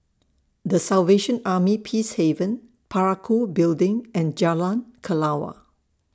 The Salvation Army Peacehaven Parakou Building and Jalan Kelawar